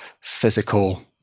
physical